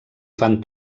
fan